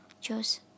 Choose